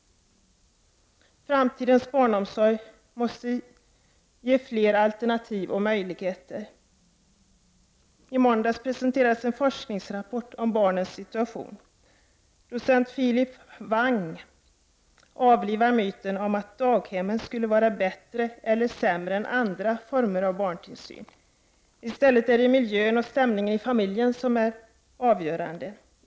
Framtidens barnomsorg måste ge fler alternativ och möjligheter. I måndags presenterades en forskningsrapport om barnens situation. Docent Philip Hwang avlivar där myten om att daghemmen skulle vara bättre eller sämre än andra former av barntillsyn. I stället är det miljön och stämningen i familjen som är avgörande.